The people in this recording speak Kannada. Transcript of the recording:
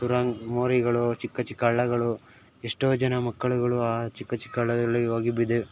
ಸುರಂ ಮೋರಿಗಳು ಚಿಕ್ಕ ಚಿಕ್ಕ ಹಳ್ಳಗಳು ಎಷ್ಟೋ ಜನ ಮಕ್ಕಳುಗಳು ಆ ಚಿಕ್ಕ ಚಿಕ್ಕ ಹಳ್ಳಗಳಿಗೆ ಹೋಗಿ ಬಿದ್ದಿವೆ